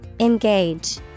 Engage